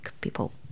people